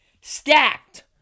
Stacked